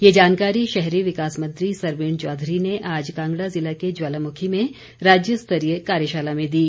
ये जानकारी शहरी विकास मंत्री सरवीण चौधरी ने आज कांगड़ा जिला के ज्वालामुखी में राज्यस्तरीय कार्यशाला में दी